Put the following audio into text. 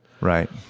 Right